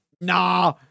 nah